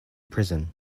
prison